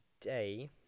today